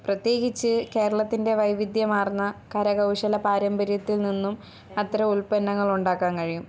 പ്രത്യേകിച്ച് കേരളത്തിന്റെ വൈവിധ്യമാർന്ന കരകൗശല പാരമ്പര്യത്തിൽ നിന്നും അത്തരമുൽപ്പന്നങ്ങളുണ്ടാക്കാൻ കഴിയും